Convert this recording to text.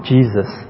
Jesus